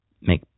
make